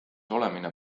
olemine